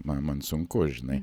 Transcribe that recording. ma man sunku žinai